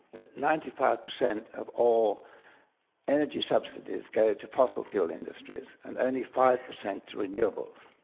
that ninety five percent of all energy subsidies go to fossil fuel industries and only five percent to renewables,